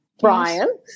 Brian